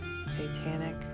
satanic